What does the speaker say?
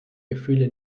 gefühle